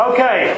Okay